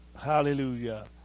Hallelujah